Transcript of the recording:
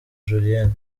julienne